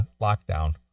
lockdown